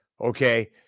okay